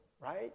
right